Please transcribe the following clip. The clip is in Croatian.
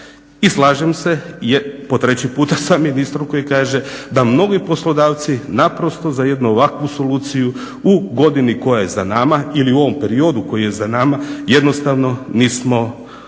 I slažem se po treći puta sa ministrom koji kaže da mnogi poslodavci naprosto za jednu ovakvu soluciju u godinu koja je za nama ili u ovom periodu koji je za nama jednostavno nisu znali